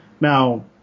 now